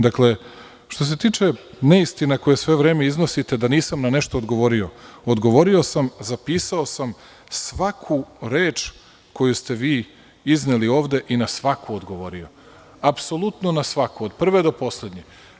Dakle, što se tiče neistina koje sve vreme iznosite da nisam na nešto odgovorio, odgovorio sam, zapisao svaku reč koju ste izneli ovde i na svaku odgovorio, od prve do poslednje.